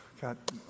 got